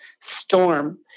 storm